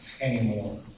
anymore